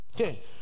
Okay